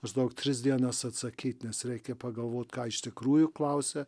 maždaug tris dienas atsakyt nes reikia pagalvot ką iš tikrųjų klausia